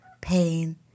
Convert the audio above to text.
pain